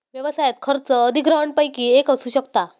व्यवसायात खर्च अधिग्रहणपैकी एक असू शकता